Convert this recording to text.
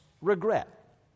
regret